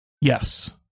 Yes